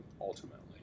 ultimately